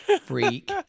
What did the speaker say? freak